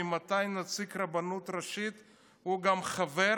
ממתי נציג הרבנות הראשית הוא גם חבר